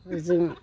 जों